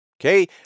okay